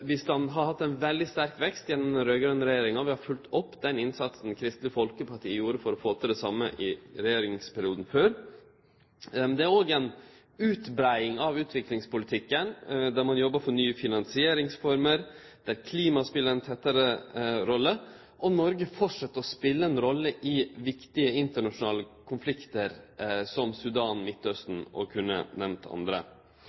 har hatt ein veldig sterk vekst under den raud-grøne regjeringa, som har følgt opp den innsatsen Kristeleg Folkeparti gjorde for å få til det same i regjeringsperioden før. Det er òg ei utbreiing av utviklingspolitikken, der ein jobbar for nye finansieringsformer, og der klima spelar ei viktigare rolle. Noreg held fram med å spele ei rolle i viktige internasjonale konfliktar som i Sudan